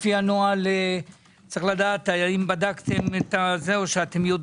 לפי הנוהל צריך לדעת האם בדקתן האם יש